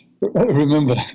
Remember